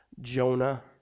Jonah